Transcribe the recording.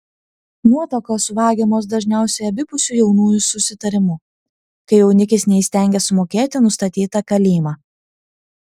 nuotakos vagiamos dažniausiai abipusiu jaunųjų susitarimu kai jaunikis neįstengia sumokėti nustatytą kalymą